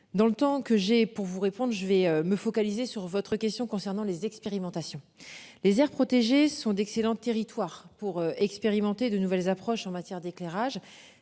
Dans le temps que j'ai pour vous répondre, je vais me focaliser sur votre question concernant les expérimentations les aires protégées sont d'excellents territoire pour expérimenter de nouvelles approches en matière d'éclairage